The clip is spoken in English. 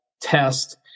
test